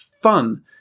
fun